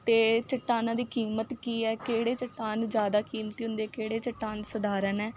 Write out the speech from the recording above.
ਅਤੇ ਚੱਟਾਨਾਂ ਦੀ ਕੀਮਤ ਕੀ ਹੈ ਕਿਹੜੇ ਚੱਟਾਨ ਜ਼ਿਆਦਾ ਕੀਮਤੀ ਹੁੰਦੀ ਕਿਹੜੇ ਚੱਟਾਨ ਸਧਾਰਨ ਹੈ